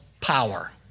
power